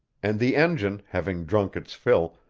and the engine, having drunk its fill,